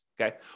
okay